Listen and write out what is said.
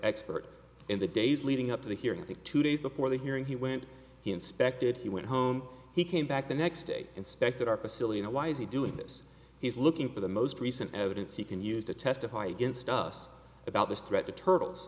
expert in the days leading up to the hearing the two days before the hearing he went he inspected he went home he came back the next day inspected our facility why is he doing this he's looking for the most recent evidence he can use to testify against us about this threat to turtles